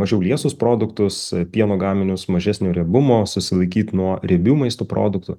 mažiau liesus produktus pieno gaminius mažesnio riebumo susilaikyt nuo riebių maisto produktų